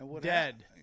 Dead